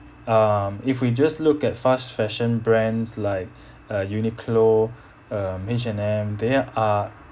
um if we just look at fast fashion brands like uh uniqlo um h and m they are